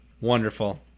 Wonderful